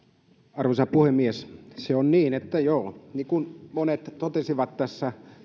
arvoisa puhemies se on niin kuin kaksi ministeriä totesi tässä